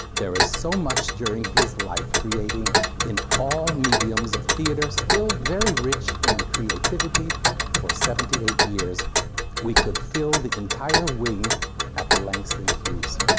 there is so much during his life creating in all mediums of theater still very rich in creativity for seventy eight years we could fill the entire wing at the langston hughes.